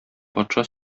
патша